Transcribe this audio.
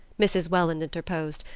mrs. welland interposed,